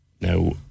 Now